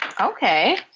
Okay